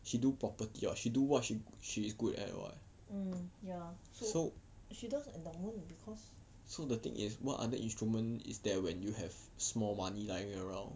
she do property [what] she do what she she is good at [what] so so the thing is what other instrument is there where you have small money lying around